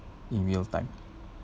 in real time